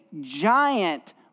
giant